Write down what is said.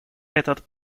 этот